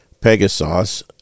Pegasus